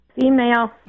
Female